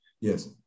Yes